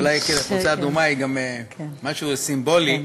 אולי החולצה האדומה היא גם משהו סימבולי.